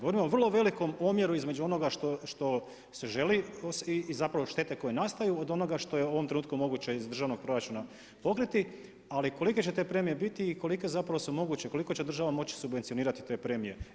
U jednom vrlo velikom omjeru iz onoga što se želi i zapravo štete koje nastaju od onoga što je u ovom trenutku moguće iz državnog proračuna pokriti, ali kolike će premije biti i kolike zapravo su moguće, koliko će država moći subvencionirati te premije.